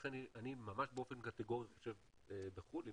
לכן אני ממש באופן קטגורי חושב בחו"ל.